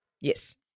Yes